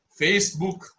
Facebook